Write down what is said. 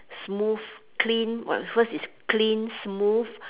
smooth clean but first is clean smooth